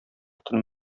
телен